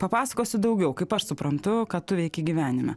papasakosiu daugiau kaip aš suprantu ką tu veiki gyvenime